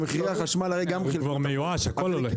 הוא כבר מיואש, הכול עולה.